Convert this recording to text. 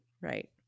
right